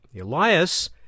Elias